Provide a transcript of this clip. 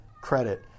credit